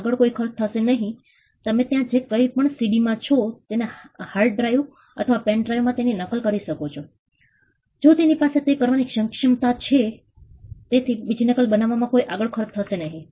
આગળ કોઈ ખર્ચ થશે નહિ તમે ત્યાં જે કઈ પણ સીડી માં છે તેને હાર્ડ ડ્રાઈવ અથવા પેન ડ્રાઈવ માં તેની નકલ કરી શકો છો જો તેની પાસે તે કરવાની ક્ષમતા છે તેથી બીજી નકલ બનાવવામાં કોઈ આગળ ખર્ચ થશે નહિ